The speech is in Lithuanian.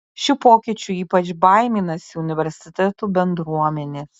šių pokyčių ypač baiminasi universitetų bendruomenės